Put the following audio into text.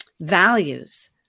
values